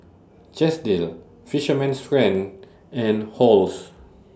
Chesdale Fisherman's Friend and Halls